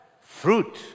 Fruit